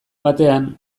batean